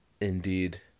indeed